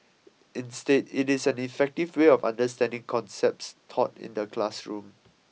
instead it is an effective way of understanding concepts taught in the classroom